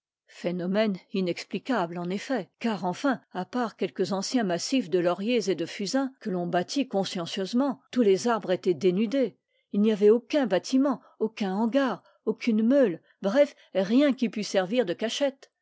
phénomène inexplicable en effet car enfin à part quelques anciens massifs de lauriers et de fusains que l'on battit consciencieusement tous les arbres étaient dénudés il n'y avait aucun bâtiment aucun hangar aucune meule bref rien qui pût servir de cachette